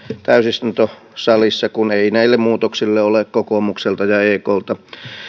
täysistuntosalissa kun ei näille muutoksille ole kokoomukselta ja eklta